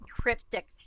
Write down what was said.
cryptic